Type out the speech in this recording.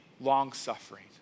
long-suffering